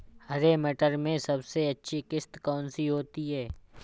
हरे मटर में सबसे अच्छी किश्त कौन सी होती है?